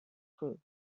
group